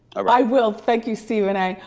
ah i will, thank you stephen a.